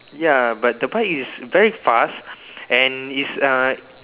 ya but the bike is very fast and is uh